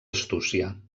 astúcia